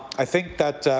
i think that,